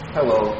Hello